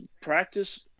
Practice